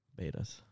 Betas